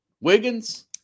Wiggins